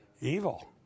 evil